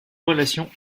relation